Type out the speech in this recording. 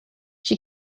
she